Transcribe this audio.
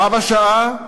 בה בשעה,